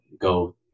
go